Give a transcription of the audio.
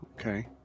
okay